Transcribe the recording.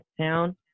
town